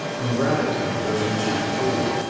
and gratitude to those men who,